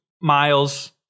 miles